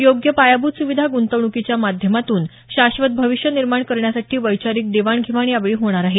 योग्य पायाभूत सुविधा गुंतवणूकीच्या माध्यमातून शाश्वत भविष्य निर्माण करण्यासाठी वैचारिक देवाण घेवाण या वेळी होणार आहे